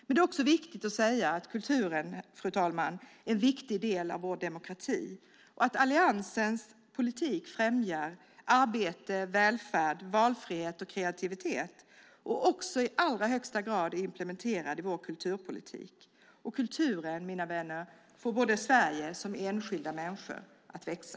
Det är också viktigt att säga att kulturen är en viktig del av vår demokrati och att Alliansens politik främjar arbete, välfärd, valfrihet och kreativitet och också i allra högsta grad är implementerad i vår kulturpolitik. Och kulturen, mina vänner, får både Sverige och enskilda människor att växa.